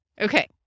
Okay